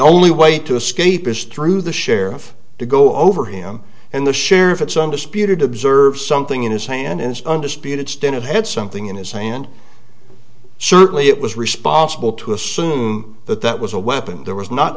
only way to escape is through the sheriff to go over him and the sheriff at some disputed observe something in his hand and undisputed stinnett had something in his hand certainly it was responsible to assume that that was a weapon there was not